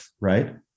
right